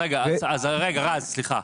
רז, סליחה,